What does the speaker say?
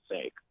sake